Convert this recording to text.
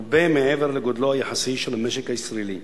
הרבה מעבר לגודלו היחסי של המשק הישראלי.